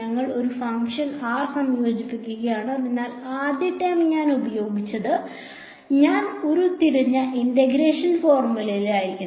ഞാൻ ഒരു function r സംയോജിപ്പിക്കുകയാണ് അതിനാൽ ആദ്യ ടേം ഞാൻ ഉപയോഗിച്ചത് ഞാൻ ഉരുത്തിരിഞ്ഞ ഇന്റഗ്രേഷൻ ഫോർമുലയായിരിക്കണം